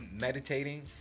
meditating